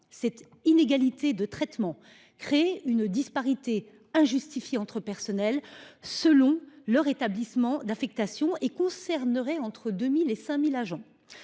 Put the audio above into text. Cette inégalité de traitement crée une disparité injustifiée entre personnels selon leur établissement d’affectation, qui concernerait entre 2 000 et 5 000 agents.